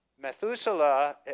Methuselah